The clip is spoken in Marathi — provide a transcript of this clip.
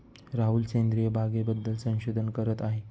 राहुल सेंद्रिय बागेबद्दल संशोधन करत आहे